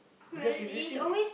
because if you see